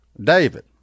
David